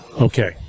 okay